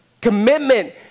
commitment